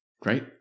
Great